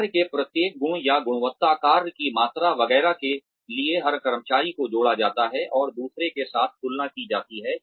कार्य के प्रत्येक गुण या गुणवत्ता कार्य की मात्रा वगैरह के लिए हर कर्मचारी को जोड़ा जाता है और दूसरे के साथ तुलना की जाती है